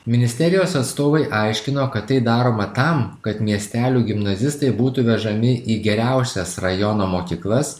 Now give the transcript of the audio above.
ministerijos atstovai aiškino kad tai daroma tam kad miestelių gimnazistai būtų vežami į geriausias rajono mokyklas